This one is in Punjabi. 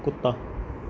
ਕੁੱਤਾ